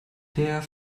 der